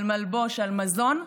על מלבוש, על מזון,